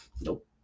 nope